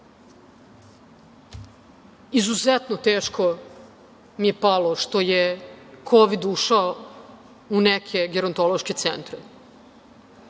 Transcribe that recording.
izuzetno teško mi je palo što je Kovid ušao u neke gerontološke centre.